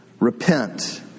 Repent